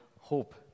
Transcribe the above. hope